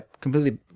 completely